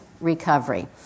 recovery